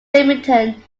leamington